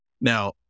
Now